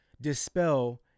dispel